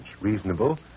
reasonable